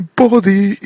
body